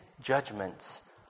Judgments